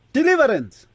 Deliverance